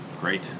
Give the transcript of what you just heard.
great